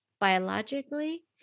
biologically